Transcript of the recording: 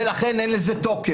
ולכן אין לזה תוקף.